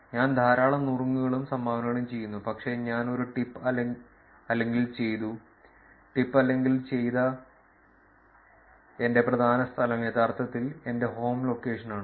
ഞാൻ ധാരാളം നുറുങ്ങുകളും സംഭാവനകളും ചെയ്യുന്നു പക്ഷേ ഞാൻ ഒരു ടിപ്പ് അല്ലെങ്കിൽ ചെയ്ത ടിപ്പ് അല്ലെങ്കിൽ ചെയ്ത എന്റെ പ്രധാന സ്ഥലം യഥാർത്ഥത്തിൽ എന്റെ ഹോം ലൊക്കേഷനാണ്